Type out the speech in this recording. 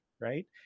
right